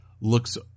looks